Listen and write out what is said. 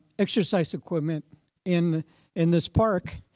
exercise equipment in in this park.